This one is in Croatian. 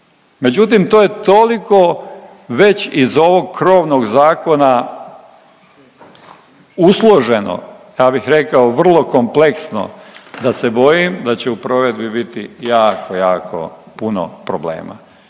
Međutim, to je toliko već iz ovog krovnog zakona usloženo, ja bih rekao, vrlo kompleksno da se bojim da će u provedbi biti jako, jako puno problema.